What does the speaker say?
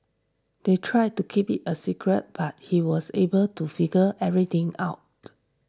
they tried to keep it a secret but he was able to figure everything out